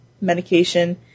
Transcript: medication